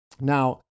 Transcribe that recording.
Now